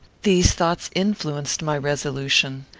these thoughts influenced my resolutions,